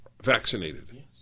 vaccinated